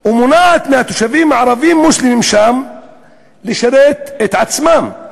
ומונעת מהתושבים הערבים-מוסלמים שם לשרת את עצמם.